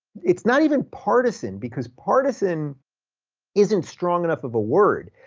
it's not even partisan, because partisan isn't strong enough of a word.